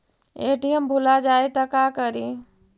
ATM भुला जाये त का करि?